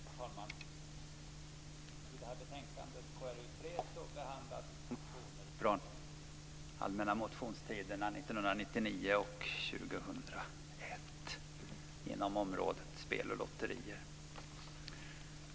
Herr talman! I betänkande KrU3 behandlas motioner från allmänna motionstiderna 1999 och 2001 inom området spel och lotterier.